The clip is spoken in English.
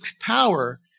power